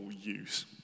use